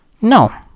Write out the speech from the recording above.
no